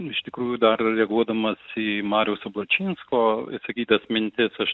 iš tikrųjų dar reaguodamas į mariaus ablačinsko išsakytas mintis aš